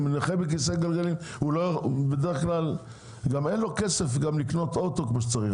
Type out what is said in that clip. לנכה בכיסא גלגלים גם אין כסף לקנות רכב כמו שצריך.